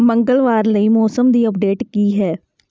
ਮੰਗਲਵਾਰ ਲਈ ਮੌਸਮ ਦੀ ਅਪਡੇਟ ਕੀ ਹੈ